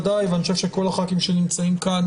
ואני חושב שכל הח"כים שנמצאים פה,